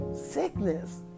sickness